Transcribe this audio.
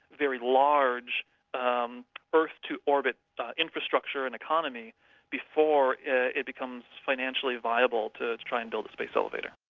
very large um earth-to-orbit infrastructure and economy before it becomes financially viable to try and build a space elevator.